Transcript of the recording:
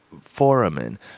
foramen